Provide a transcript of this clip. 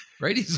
right